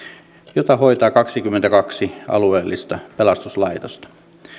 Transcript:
jota hoitaa kaksikymmentäkaksi alueellista pelastuslaitosta